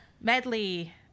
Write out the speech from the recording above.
medley